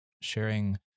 sharing